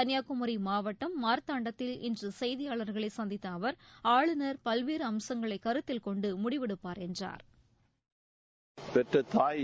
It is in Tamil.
கன்னியாகுமரி மாவட்டம் மாத்தாண்டத்தில் இன்று செய்தியாளர்களை சந்தித்த அவர் ஆளுநர் பல்வேறு அம்சங்களை கருத்தில் கொண்டு முடிவெடுப்பாா் என்றாா்